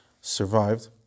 survived